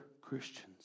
Christians